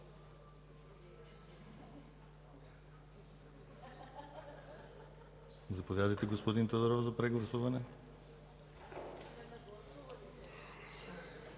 Заповядайте, господин Тодоров, за прегласуване.